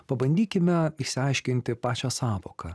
pabandykime išsiaiškinti pačią sąvoką